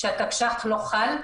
לחל"ת,